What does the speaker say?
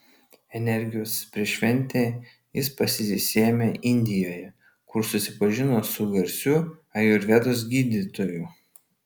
energijos prieš šventę jis pasisėmė indijoje kur susipažino su garsiu ajurvedos gydytoju